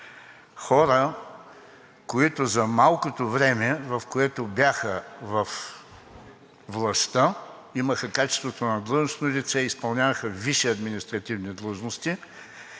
хора, които за малкото време, в което бяха във властта, имаха качеството на длъжностно лице, изпълняваха висши административни длъжности,